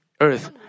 earth